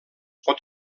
pot